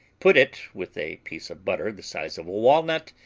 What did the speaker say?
put it, with a piece of butter the size of a walnut,